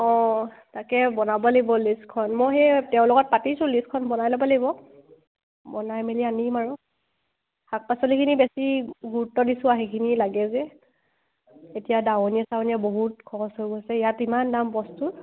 অঁ তাকে বনাব লাগিব লিষ্টখন মই সেই তেওঁৰ লগত পাতিছোঁ লিষ্টখন বনাই ল'ব লাগিব বনাই মেলি আনিম আৰু শাক পাচলিখিনি বেছি গুৰুত্ব দিছোঁ সেইখিনি লাগে যে এতিয়া দাৱনীয়া চাৱনীয়া বহুত খৰচ হৈ গৈছে ইয়াত ইমান দাম বস্তু